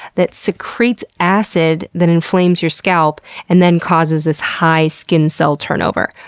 that secretes acid that inflames your scalp and then causes this high skin cell turnover.